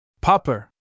Popper